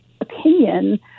opinion